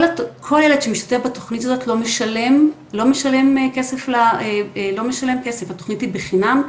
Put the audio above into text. כל ילד שמשתתף בתוכנית הזאת לא משלם כסף התוכנית היא בחינם,